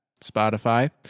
Spotify